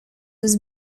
was